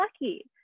lucky